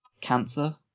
cancer